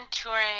touring